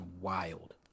wild